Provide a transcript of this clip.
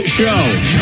show